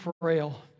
frail